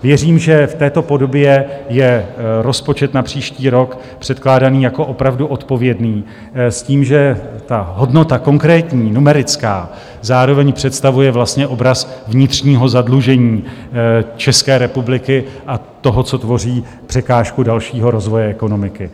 Věřím, že v této podobě je rozpočet na příští rok předkládaný jako opravdu odpovědný s tím, že hodnota konkrétní, numerická, zároveň představuje vlastně obraz vnitřního zadlužení České republiky a toho, co tvoří překážku dalšího rozvoje ekonomiky.